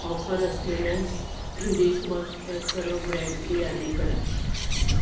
offer असलेल्या डिशवॉशच्या सर्व ब्रँडची यादी करा